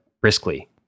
briskly